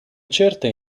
certa